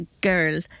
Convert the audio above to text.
girl